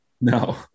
No